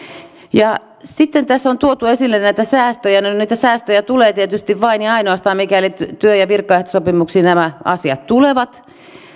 sitten tässä on tuotu esille näitä säästöjä no niitä säästöjä tulee tietysti vain ja ainoastaan mikäli työ ja virkaehtosopimuksiin nämä asiat tulevat